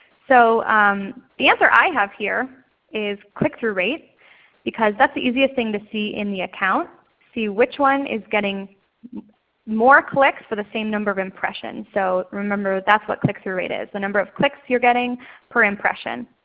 so um the answer i have here is click through rates because that's the easiest thing to see in the account, to see which one is getting more clicks for the same number of impressions. so remember that's what click through rate is, the number of clicks you're getting per impression.